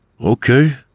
Okay